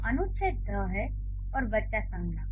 अनुच्छेद "ध" है और "बच्चा" संज्ञा है